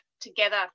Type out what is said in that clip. together